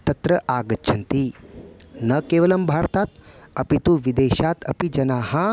तत्र आगच्छन्ति न केवलं भारतात् अपि तु विदेशात् अपि जनाः